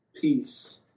peace